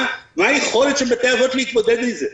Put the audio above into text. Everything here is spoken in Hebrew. מה היכולת של בתי האבות להתמודד עם זה?